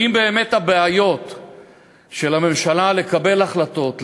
האם באמת הבעיות של הממשלה לקבל החלטות,